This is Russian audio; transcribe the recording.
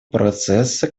процесса